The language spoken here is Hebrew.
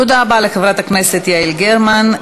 תודה רבה לחברת הכנסת יעל גרמן.